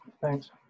thanks